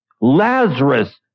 Lazarus